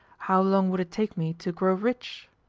how long would it take me to grow rich?